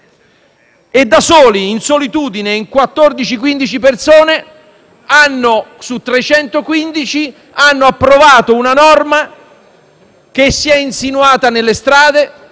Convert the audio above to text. e da soli, 14 o 15 persone su 315, hanno approvato una norma che si è insinuata nelle strade,